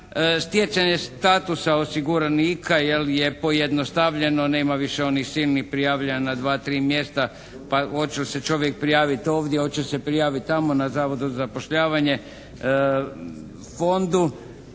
Stjecaje statusa osiguranika je pojednostavljeno, nema više onih silnih prijavljivanja na dva, tri mjesta, pa hoće li se čovjek prijaviti ovdje, hoće se prijaviti tamo na Zavodu za zapošljavanje, fondu,